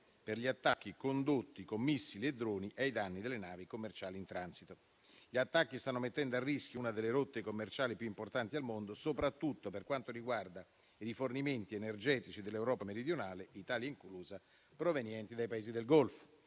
per gli attacchi condotti con missili e droni ai danni delle navi commerciali in transito. Gli attacchi stanno mettendo a rischio una delle rotte commerciali più importanti al mondo, soprattutto per quanto riguarda i rifornimenti energetici dell'Europa meridionale, Italia inclusa, provenienti dai Paesi del Golfo.